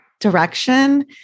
direction